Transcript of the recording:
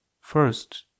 first